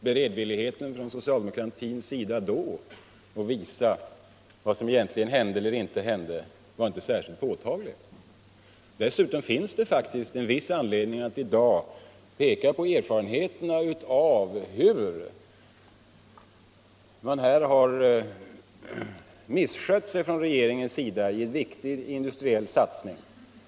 Beredvilligheten från socialdemokratins sida då att visa vad som egentligen hände eller inte hände var inte särskilt påtaglig. Dessutom finns det faktiskt en viss anledning att i dag peka på erfarenheterna av hur regeringen här har misskött sig i en viktig industriell satsning.